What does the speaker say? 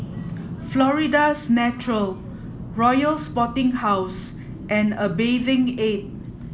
Florida's Natural Royal Sporting House and a Bathing Ape